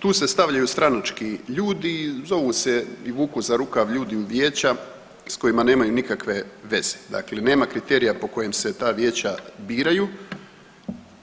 Tu se stavljaju stranački ljudi, zovu se i vuku za rukav ljudi u vijeća s kojima nemaju nikakve veze, dakle nema kriterija po kojem se ta vijeća biraju